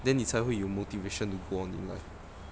then 你才会有 motivation to go on in life